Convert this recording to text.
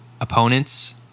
opponent's